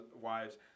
wives